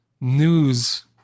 news